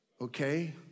okay